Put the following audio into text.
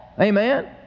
Amen